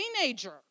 teenager